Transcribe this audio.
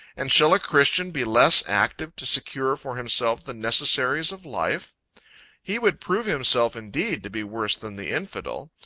and shall a christian be less active to secure for himself the necessaries of life he would prove himself indeed to be worse than the infidel.